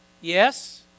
Yes